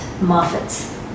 Moffats